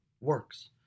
works